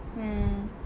mm